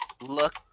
look